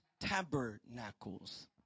tabernacles